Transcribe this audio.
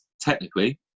technically